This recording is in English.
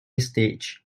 stage